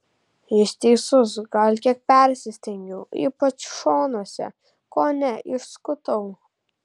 jis teisus gal kiek persistengiau ypač šonuose kone išskutau